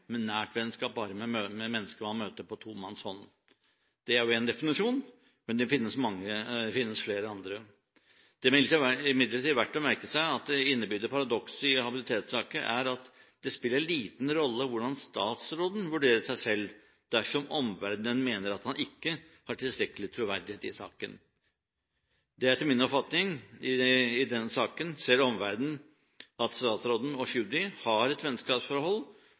men nært vennskap bare med mennesker man møter på tomannshånd. Det er jo én definisjon, men det finnes flere andre. Det er imidlertid verdt å merke seg at det innebygde paradokset i habilitetssaker er at det spiller liten rolle hvordan statsråden vurderer seg selv dersom omverdenen mener at han ikke har tilstrekkelig troverdighet i saken. I denne saken, etter min oppfatning, ser omverdenen at statsråden og Tschudi har et vennskapsforhold,